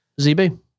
ZB